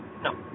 No